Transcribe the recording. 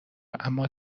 اما